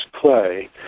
play